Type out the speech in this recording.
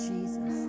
Jesus